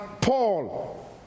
Paul